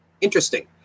interesting